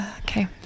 Okay